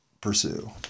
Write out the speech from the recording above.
pursue